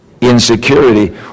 insecurity